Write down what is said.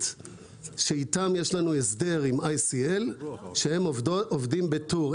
שאיתן יש לנו הסדר עם ICL שהם עובדים בטור.